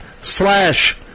slash